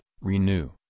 renew